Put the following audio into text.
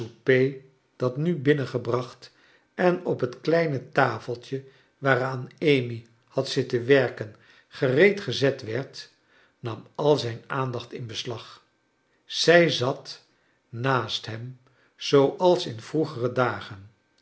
dat nu binnengebracht en op het kleine tafeltje waaraan amy had zitten werken gereed gezet werd nam al zijn aandacht in beslag zij zat naast hem zooals in vroegere dagen